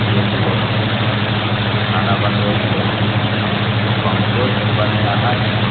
पियैके लेल खाना बनबैके लेल पम्पो बढ़िऑं है